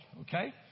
Okay